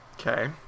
Okay